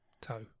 toe